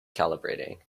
calibrating